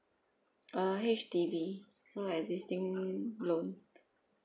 uh H_D_B so existing loan